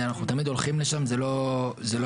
אנחנו תמיד הולכים לשם, וזה לא האירוע.